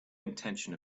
intention